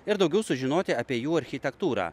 ir daugiau sužinoti apie jų architektūrą